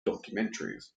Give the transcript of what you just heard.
documentaries